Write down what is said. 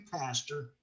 pastor